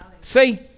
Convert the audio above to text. See